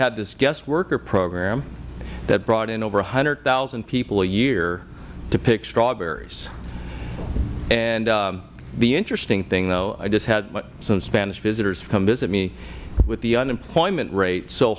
had this guest worker program that brought in over one hundred thousand people a year to pick strawberries the interesting thing though i just had some spanish visitors come visit me with the unemployment rate so